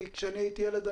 כשאני הייתי ילד,